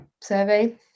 survey